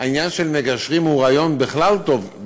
שהעניין של מגשרים הוא רעיון בכלל טוב,